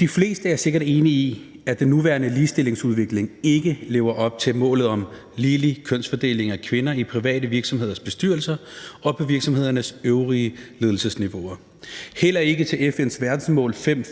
De fleste er sikkert enige i, at den nuværende ligestillingsudvikling ikke lever op til målet om ligelig kønsfordeling i private virksomheders bestyrelser og på virksomhedernes øvrige ledelsesniveauer. Det samme gælder FN's verdensmål 5